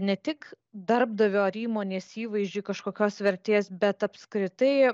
ne tik darbdavio ar įmonės įvaizdžiui kažkokios vertės bet apskritai